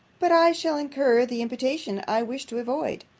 but i shall incur the imputation i wish to avoid.